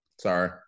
Sorry